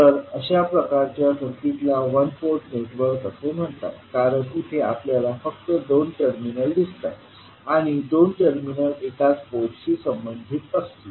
तर अशा प्रकारच्या सर्किट्सला वन पोर्ट नेटवर्क असे म्हणतात कारण येथे आपल्याला फक्त दोन टर्मिनल दिसतात आणि दोन टर्मिनल एकाच पोर्टशी संबंधित असतील